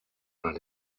nos